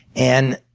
and